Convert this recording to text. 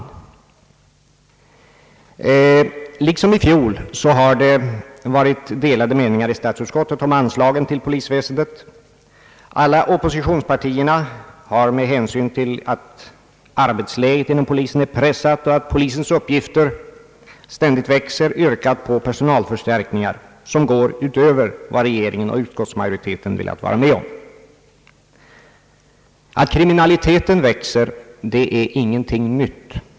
Liksom i fjol har det varit delade meningar i statsutskottet om anslagen till polisväsendet. Alla oppositionspartierna har med hänsyn till att arbetsläget inom polisen är pressat och att polisens uppgifter ständigt växer yrkat på personalförstärkningar, som går utöver vad regeringen och utskottsmajoriteten velat vara med om. Att kriminaliteten växer är ingenting nytt.